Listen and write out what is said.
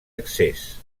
accés